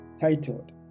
titled